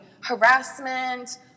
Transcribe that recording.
harassment